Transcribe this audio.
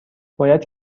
باید